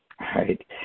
Right